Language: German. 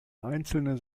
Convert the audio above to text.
einzelne